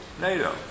NATO